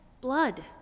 blood